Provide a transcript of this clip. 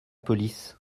police